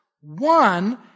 One